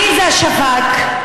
עליזה שפק,